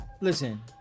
listen